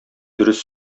дөрес